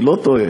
אני לא טועה.